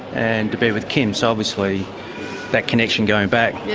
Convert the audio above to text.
and to be with kim, so obviously that connection going back, yeah